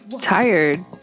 Tired